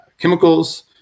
chemicals